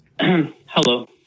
Hello